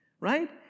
right